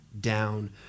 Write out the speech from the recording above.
down